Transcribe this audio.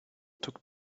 took